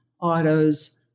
autos